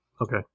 okay